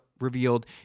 revealed